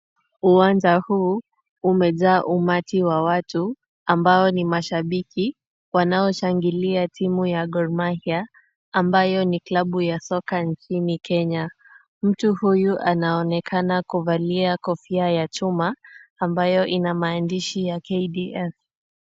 Uwanja huu umejaa umati wa watu ambao ni mashabiki wanaoshangilia timu ya Gor Mahia, ambayo ni klabu ya soka nchini Kenya. Mtu huyu anaonekana kuvalia kofia ya chuma, ambayo ina maandishi ya KDF.